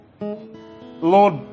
Lord